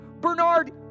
Bernard